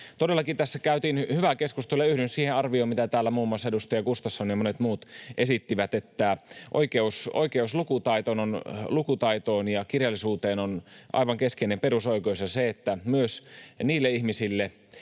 tässä käytiin hyvää keskustelua, ja yhdyn siihen arvioon, mitä täällä muun muassa edustaja Gustafsson ja monet muut esittivät, että oikeus lukutaitoon ja kirjallisuuteen on aivan keskeinen perusoikeus. Se, että myös niillekin ihmisille,